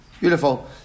Beautiful